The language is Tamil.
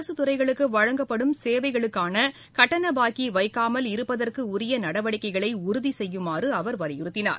அரசுத் துறைகளுக்கு வழங்கப்படும் சேவைகளுக்கான கட்டண பாக்கி வைக்காமல் இருப்பதற்குரிய நடவடிக்கைகளை உறுதி செய்யுமாறு அவர் வலியுறுத்தினார்